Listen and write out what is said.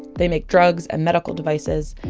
they make drugs and medical devices.